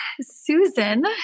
Susan